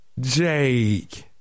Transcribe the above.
Jake